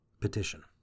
Petition